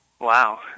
Wow